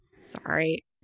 Sorry